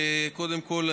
קודם כול,